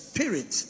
Spirit